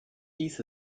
dies